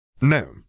No